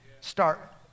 Start